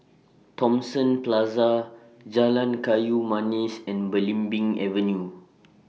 Thomson Plaza Jalan Kayu Manis and Belimbing Avenue